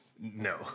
No